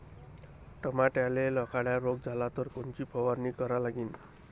टमाट्याले लखड्या रोग झाला तर कोनची फवारणी करा लागीन?